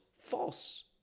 false